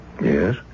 Yes